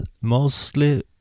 mostly